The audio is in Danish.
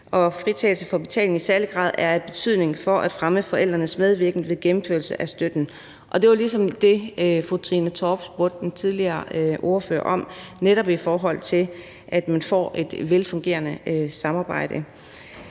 2) fritagelse for betaling i særlig grad er af betydning for at fremme forældrenes medvirken ved gennemførelsen af støtten ...« Det var også det, fru Trine Torp spurgte den tidligere ordfører om, netop i forhold til at man får et velfungerende samarbejde.